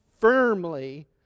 firmly